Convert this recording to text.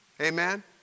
amen